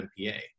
MPA